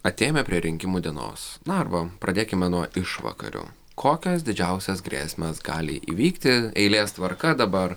atėjome prie rinkimų dienos na arba pradėkime nuo išvakarių kokios didžiausios grėsmės gali įvykti eilės tvarka dabar